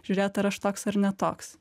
žiūrėt ar aš toks ar ne toks